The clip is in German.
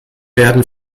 werden